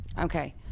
okay